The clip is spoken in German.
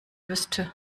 wüsste